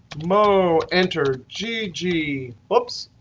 mo. enter. gigi. oops.